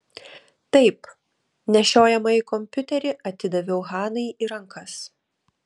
taip nešiojamąjį kompiuterį atidaviau hanai į rankas